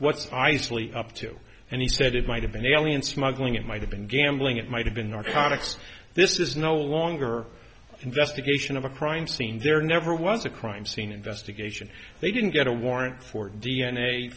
what's eisley up to and he said it might have been alien smuggling it might have been gambling it might have been narcotics this is no longer investigation of a crime scene there never was a crime scene investigation they didn't get a warrant for d